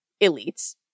elites